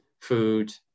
food